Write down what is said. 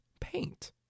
paint